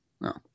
no